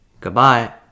Goodbye